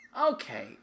Okay